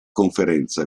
conferenza